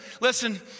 listen